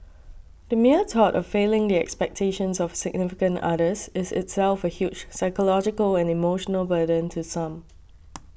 the mere thought of failing the expectations of significant others is itself a huge psychological and emotional burden to some